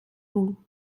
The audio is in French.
vous